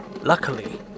Luckily